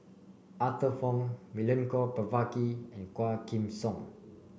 Arthur Fong Milenko Prvacki and Quah Kim Song